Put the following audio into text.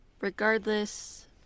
regardless